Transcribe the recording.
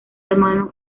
hermano